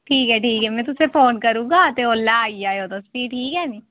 ठीक ऐ ठीक ऐ में तुसें ईं फोन करी ओड़गा ते ओल्लै आई जाएओ तुस भी ठीक ऐ निं